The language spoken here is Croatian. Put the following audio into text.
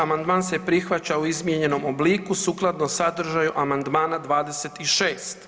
Amandman se prihvaća u izmijenjenom obliku sukladno sadržaju amandmana 26.